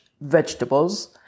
vegetables